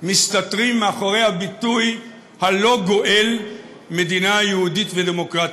מסתתרים מאחורי הביטוי הלא-גואל "מדינה יהודית ודמוקרטית".